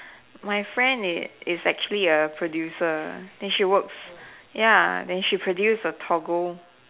my friend it is actually a producer then she works ya then she produce a Toggle